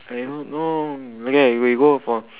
I don't know okay we go from